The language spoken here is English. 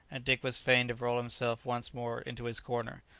and dick was fain to roll himself once more into his corner,